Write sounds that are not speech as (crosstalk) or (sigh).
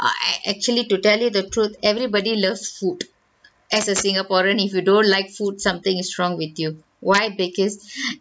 uh I actually to tell you the truth everybody loves food as a singaporean if you don't like food something is wrong with you why because (breath)